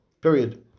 Period